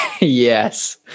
yes